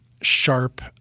sharp